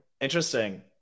Interesting